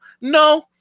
No